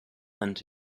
and